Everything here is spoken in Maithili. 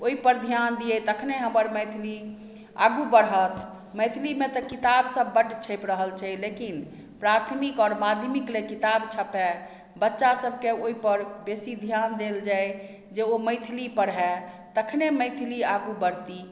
ओइपर ध्यान दिए तखने हमर मैथिली आगू बढ़त मैथिलीमे तऽ किताब सब बड्ड छपि रहल छै लेकिन प्राथमिक आओर माध्यमिक लए किताब छपय बच्चा सबके ओइपर बेसी ध्यान देल जाइ जे ओ मैथिली पढ़य तखने मैथिली आगू बढ़ती